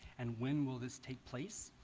and when will this take place?